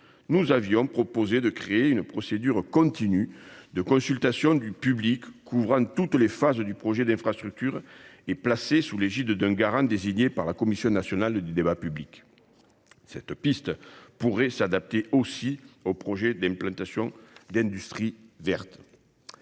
avons proposé de créer une procédure continue de consultation du public qui couvre toutes les phases du projet d'infrastructure, sous l'égide d'un garant désigné par la Commission nationale du débat public (CNDP). Cette recommandation est adaptable aux projets d'implantation d'industrie verte,